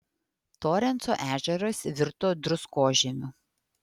torenso ežeras virto druskožemiu